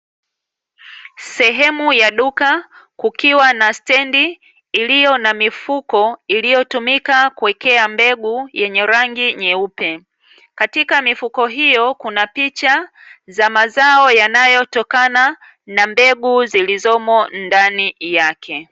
Sehemu ya duka kukiwa na stendi iliyo na mifuko iliyotumika kuwekea mbegu yenye rangi nyeupe, katika mifuko hiyo kuna picha za mazao yanayotokana na mbegu zilizomo ndani yake.